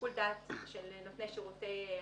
לשיקול דעת של נותני שירותי,